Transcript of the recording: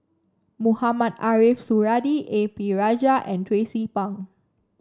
Mohamed Ariff Suradi A P Rajah and Tracie Pang